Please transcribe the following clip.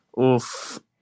Oof